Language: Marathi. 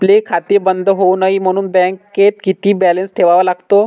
आपले खाते बंद होऊ नये म्हणून बँकेत किती बॅलन्स ठेवावा लागतो?